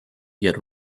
yet